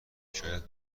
شاید